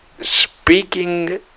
speaking